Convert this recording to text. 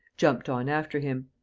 jumped on after him.